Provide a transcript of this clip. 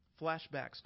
Flashbacks